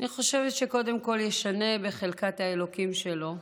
אני חושבת שקודם כול ישנה בחלקת האלוקים שלו,